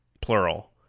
plural